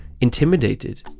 intimidated